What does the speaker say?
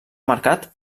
marcat